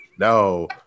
No